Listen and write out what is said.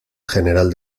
general